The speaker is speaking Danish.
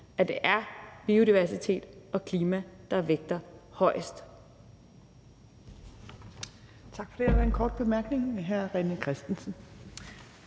at det er biodiversitet og klima, der vægter højest.